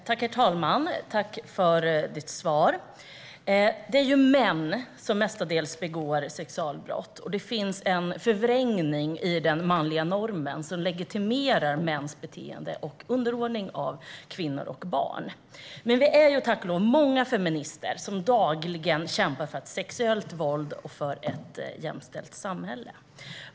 Herr talman! Tack för ditt svar, Mikael Damberg! Det är ju mestadels män som begår sexualbrott, och det finns en förvrängning av den manliga normen som legitimerar mäns beteende och underordning av kvinnor och barn. Vi är tack och lov många feminister som dagligen kämpar mot sexuellt våld och för ett jämställt samhälle.